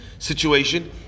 situation